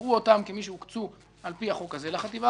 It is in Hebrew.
יראו בהן כמי שהוקצו על פי החוק הזה לחטיבה